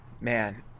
Man